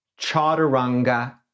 Chaturanga